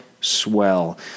swell